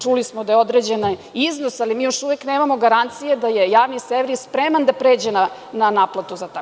Čuli smo da je određen iznos, ali mi još uvek nemamo garanciju da je Javni servis spreman da pređe na naplatu za to.